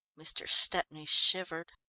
mr. stepney shivered.